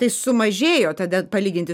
kai sumažėjo tada palyginti